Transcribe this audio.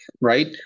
right